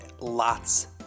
lots